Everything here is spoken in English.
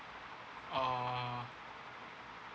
err